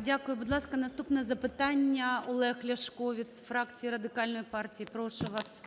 Дякую. Будь ласка, наступне запитання - Олег Ляшко від фракції Радикальної партії. Прошу вас.